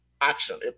action